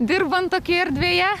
dirbant tokioje erdvėje